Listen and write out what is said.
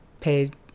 paid